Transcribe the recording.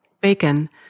bacon